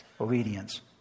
obedience